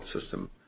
system